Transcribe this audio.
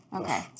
Okay